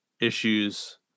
issues